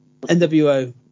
NWO